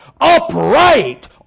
upright